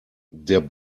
der